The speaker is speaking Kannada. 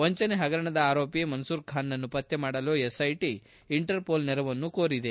ವಂಚನೆ ಹಗರಣದ ಆರೋಪಿ ಮನ್ಸೂರ್ ಖಾನ್ನ್ನು ಪತ್ತೆ ಮಾಡಲು ಎಸ್ಐಟಿ ಇಂಟರ್ಪೋಲ್ ನೆರವನ್ನು ಕೋರಿದೆ